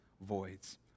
voids